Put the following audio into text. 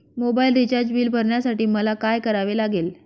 Mobile recharge bill भरण्यासाठी मला काय करावे लागेल?